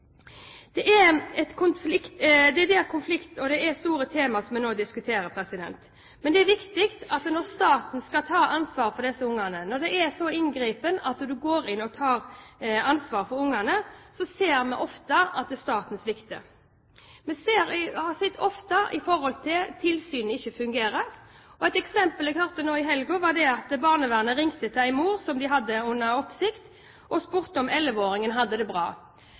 Det er konflikter, og det er store tema vi nå diskuterer. Når staten skal ta ansvar for disse ungene, når man griper inn og tar ansvar for ungene, ser vi ofte at staten svikter. Vi har sett ofte at tilsyn ikke fungerer. Et eksempel jeg hørte nå i helgen, var at barnevernet ringte til en mor som de hadde under oppsikt, og spurte om elleveåringen hadde det bra.